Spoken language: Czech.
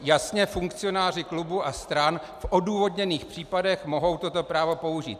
Jasně funkcionáři klubů a stran v odůvodněných případech mohou toto právo použít.